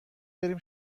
بریم